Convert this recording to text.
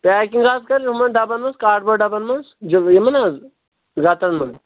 packing حظ کٔر یِمَن ڈَبَن منٛز کاڈ بوڈ ڈَبن منٛز جِلدٕ یِمن حظ گَتن منٛز